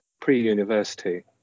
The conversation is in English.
pre-university